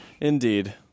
Indeed